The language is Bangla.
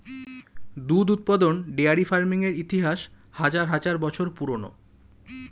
দুধ উৎপাদন ডেইরি ফার্মিং এর ইতিহাস হাজার হাজার বছর পুরানো